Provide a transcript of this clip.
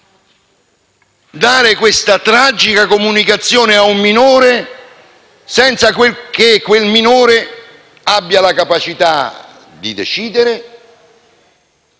dare questa tragica comunicazione ad un minore senza che egli abbia la capacità di decidere?